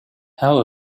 how